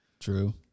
True